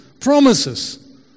promises